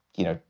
you know,